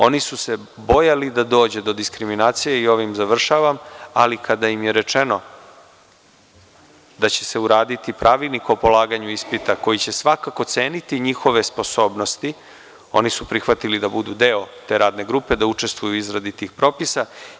Oni su se bojali da dođe do diskriminacije, ali kada im je rečeno da će se uraditi pravilnik o polaganju ispita koji će svakako ceniti njihove sposobnosti, oni su prihvatili da budu deo te radne grupe, da učestvuju u izradi tih propisa.